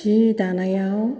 सि दानायाव